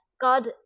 God